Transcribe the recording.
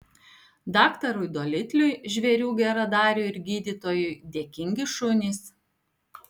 daktarui dolitliui žvėrių geradariui ir gydytojui dėkingi šunys